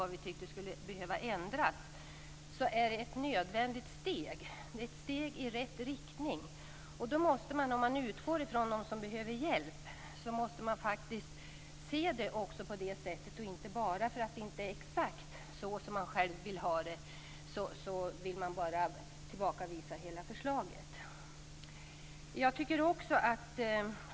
Jag har tillsammans med Marianne Andersson i motioner skrivit vad vi tycker skulle behöva ändras. Om man utgår från dem som behöver hjälp måste man faktiskt se propositionen på detta sätt och inte, bara för att förslaget inte är exakt på det sättet som man själv vill ha det, tillbakavisa hela förslaget.